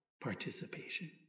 participation